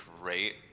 great